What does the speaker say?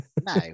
no